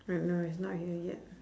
I don't know she's not here yet